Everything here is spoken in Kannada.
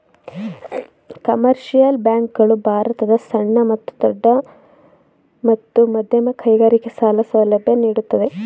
ಕಮರ್ಷಿಯಲ್ ಬ್ಯಾಂಕ್ ಗಳು ಭಾರತದ ಸಣ್ಣ ಮತ್ತು ದೊಡ್ಡ ಮತ್ತು ಮಧ್ಯಮ ಕೈಗಾರಿಕೆ ಸಾಲ ಸೌಲಭ್ಯ ನೀಡುತ್ತದೆ